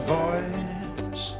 voice